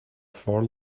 for